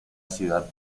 ciudad